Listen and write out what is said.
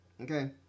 Okay